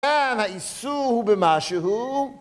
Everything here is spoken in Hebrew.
כאן האיסור הוא במשהו